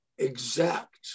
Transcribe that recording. exact